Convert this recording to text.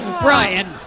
Brian